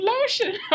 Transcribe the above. lotion